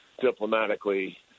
diplomatically